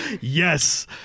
Yes